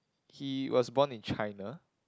he was born in China